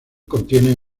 contiene